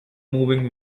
moving